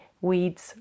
weeds